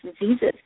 diseases